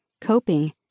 coping